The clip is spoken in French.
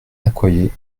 accoyer